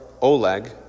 Oleg